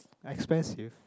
expensive